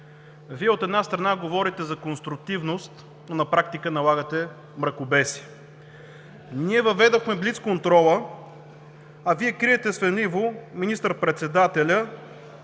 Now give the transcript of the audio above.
Вие, от една страна, говорите за конструктивност, но на практика налагате мракобесие! Ние въведохме блицконтрола, а Вие криете свенливо министър-председателя